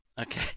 okay